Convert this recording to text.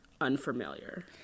Unfamiliar